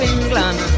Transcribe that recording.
England